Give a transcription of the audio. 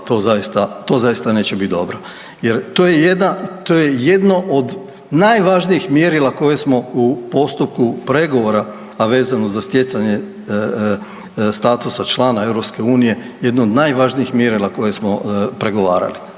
to zaista neće biti dobro je to je jedno od najvažnijih mjerila koje smo u postupku pregovora, a vezano za stjecanje statusa člana EU, jedna od najvažnijih mjerila koje smo pregovarali